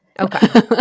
Okay